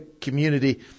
community